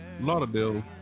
Lauderdale